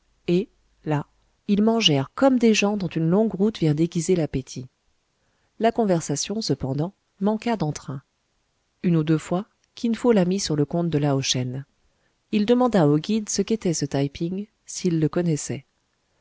et là ils mangèrent comme des gens dont une longue route vient d'aiguiser l'appétit la conversation cependant manqua d'entrain une ou deux fois kin fo la mit sur le compte de lao shen il demanda au guide ce qu'était ce taï ping s'il le connaissait